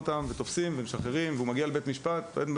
תופסים ומשחררים והוא מגיע לבית המשפט ואומר שם: